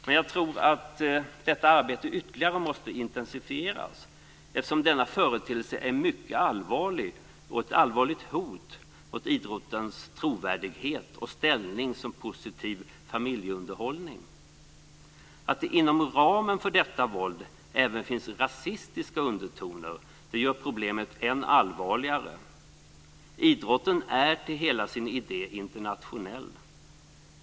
Men jag tror att detta arbete ytterligare måste intensifieras, eftersom denna företeelse är mycket allvarlig och ett allvarligt hot mot idrottens trovärdighet och ställning som positiv familjeunderhållning. Att det inom ramen för detta våld även finns rasistiska undertoner gör problemet än allvarligare. Idrotten är till hela sin idé internationell.